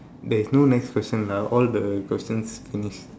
there is no next question lah all the questions finished